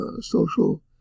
social